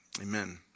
amen